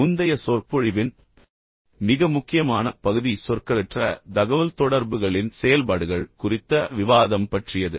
முந்தைய சொற்பொழிவின் மிக முக்கியமான பகுதி சொற்களற்ற தகவல்தொடர்புகளின் செயல்பாடுகள் குறித்த விவாதம் பற்றியது